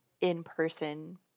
in-person